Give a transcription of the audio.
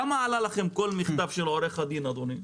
כמה עלה לכם כל מכתב של עורך הדיו אדוני?